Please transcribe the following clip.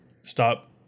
Stop